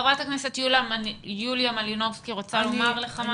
חברת הכנסת יוליה מלינובסקי רוצה לומר לך משהו.